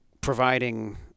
providing